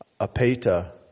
Apeta